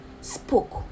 spoke